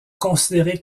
considérés